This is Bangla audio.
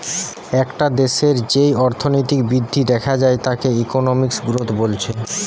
একটা দেশের যেই অর্থনৈতিক বৃদ্ধি দেখা যায় তাকে ইকোনমিক গ্রোথ বলছে